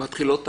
מתחילות תקלות.